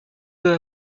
peu